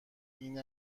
این